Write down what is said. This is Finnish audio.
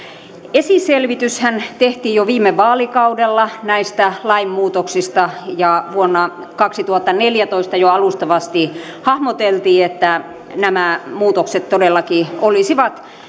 esiselvityshän tehtiin jo viime vaalikaudella näistä lainmuutoksista ja vuonna kaksituhattaneljätoista jo alustavasti hahmoteltiin että nämä muutokset todellakin olisivat